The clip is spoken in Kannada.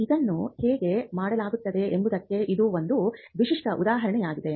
ಇದನ್ನು ಹೇಗೆ ಮಾಡಲಾಗುತ್ತದೆ ಎಂಬುದಕ್ಕೆ ಇದು ಒಂದು ವಿಶಿಷ್ಟ ಉದಾಹರಣೆಯಾಗಿದೆ